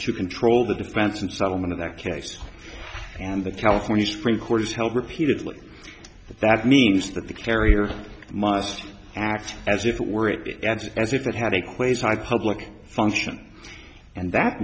to control the defense and settlement in that case and the california supreme court has held repeatedly that means that the carrier must act as if it were rated x as if it had a quayside public function and that